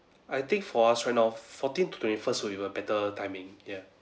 I think for us right now fourteen to twenty first would be a better timing ya